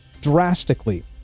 drastically